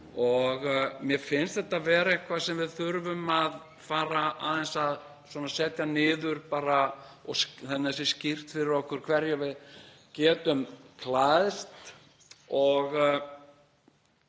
Mér finnst þetta vera eitthvað sem við þurfum að fara aðeins að setja niður bara þannig að það sé skýrt fyrir okkur hverju við getum klæðst